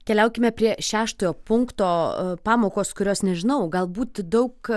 keliaukime prie šeštojo punkto pamokos kurios nežinau galbūt daug